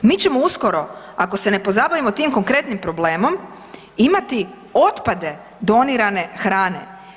Mi ćemo uskoro ako se ne pozabavimo tim konkretnim problemom imati otpade donirane hrane.